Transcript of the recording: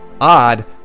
Odd